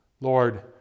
Lord